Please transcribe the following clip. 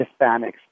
Hispanics